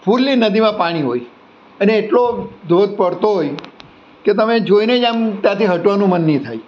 fully નદીમાં પાણી હોય અને એટલો ધોધ પડતો હોય કે તમે જોઈને જ આમ ત્યાંથી હટવાનું મન નહીં થાય